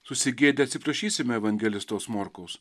susigėdę atsiprašysime evangelistos morkaus